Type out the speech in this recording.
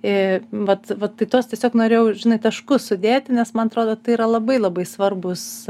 i vat vat tai tuos tiesiog norėjau žinai taškus sudėti nes man atrodo tai yra labai labai svarbūs